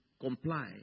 comply